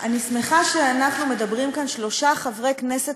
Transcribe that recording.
אני שמחה שאנחנו מדברים כאן שלושה חברי כנסת